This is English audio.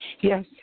Yes